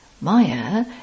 Maya